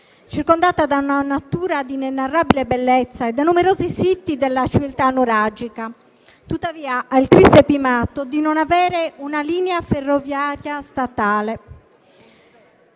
circondata da una natura di inenarrabile bellezza e da numerosi siti della civiltà nuragica. Tuttavia, ha il triste primato di non avere una linea ferroviaria statale.